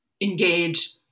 engage